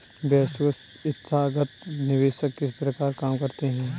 वैश्विक संथागत निवेशक किस प्रकार काम करते हैं?